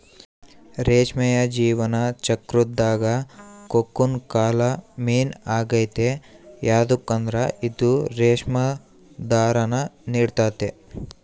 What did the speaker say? ರೇಷ್ಮೆಯ ಜೀವನ ಚಕ್ರುದಾಗ ಕೋಕೂನ್ ಕಾಲ ಮೇನ್ ಆಗೆತೆ ಯದುಕಂದ್ರ ಇದು ರೇಷ್ಮೆ ದಾರಾನ ನೀಡ್ತತೆ